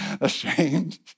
ashamed